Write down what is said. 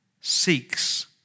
seeks